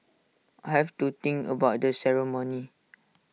I have to think about the ceremony